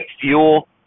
fuel